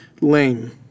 lame